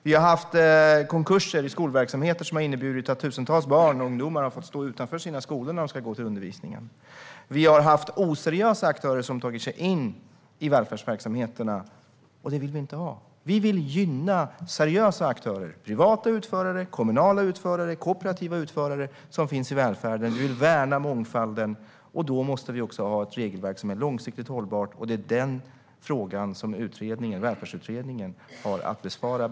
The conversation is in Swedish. Vi har haft konkurser i skolverksamheter som har inneburit att tusentals barn och ungdomar har fått stå utanför sina skolor när de ska gå till undervisningen. Vi har haft oseriösa aktörer som har tagit sig in i välfärdsverksamheterna, och det vill vi inte ha. Vi vill gynna seriösa aktörer - privata utförare, kommunala utförare och kooperativa utförare som finns i välfärden. Vi vill värna mångfalden, och då måste vi också ha ett regelverk som är långsiktigt hållbart. Det är den frågan som Välfärdsutredningen har att besvara.